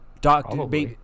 Doctor